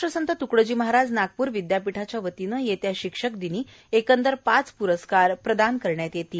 राष्ट्रसंत तुकडोजी महाराज नागपूर विदयापीठाच्या वतीनं येत्या शिक्षक दिनी एकंदर पाच प्रस्कार प्रदान करण्यात येणार आहे